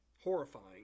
horrifying